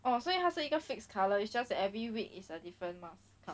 哦所以它是一个 fix color is just that every week is a different mask